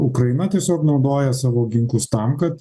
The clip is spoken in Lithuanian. ukraina tiesiog naudoja savo ginklus tam kad